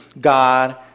God